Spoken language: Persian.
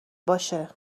باشه